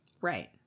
Right